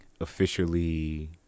officially